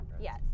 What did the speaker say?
Yes